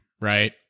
right